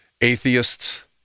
atheists